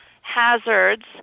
hazards